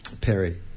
Perry